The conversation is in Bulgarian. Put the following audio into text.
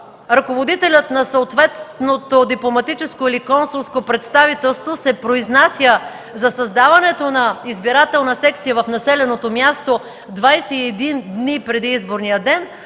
Ръководителят на съответното дипломатическо или консулско представителство се произнася за създаването на избирателна секция в населеното място 21 дни преди изборния ден,